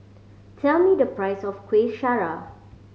tell me the price of Kueh Syara